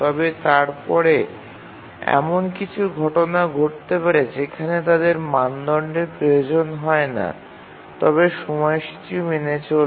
তবে তারপরে এমন কিছু ঘটনা ঘটতে পারে যেখানে তাদের এই মানদণ্ডের প্রয়োজন হয় না তবে সময়সূচী মেনে চলে